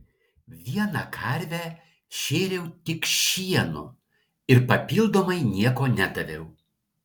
vieną karvę šėriau tik šienu ir papildomai nieko nedaviau